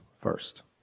first